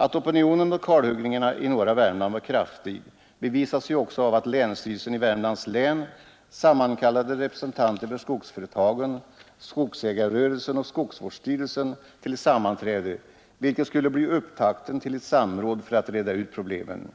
Att opinionen mot kalhuggningarna i norra Värmland var kraftig bevisas ju också av att länsstyrelsen i Värmlands län sammankallade representanter för skogsföretagen, skogsägarrörelsen och skogsvårdsstyrelsen till sammanträde, vilket skulle bli upptakten till ett samråd för att reda ut problemen.